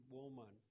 woman